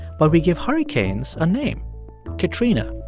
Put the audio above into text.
but we give hurricanes a name katrina,